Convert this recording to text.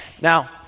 Now